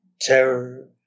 terror